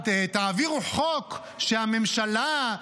תעבירו חוק שהממשלה,